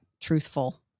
truthful